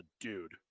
dude